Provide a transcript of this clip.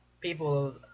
people